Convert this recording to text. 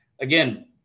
again